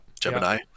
Gemini